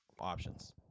Options